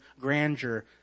grandeur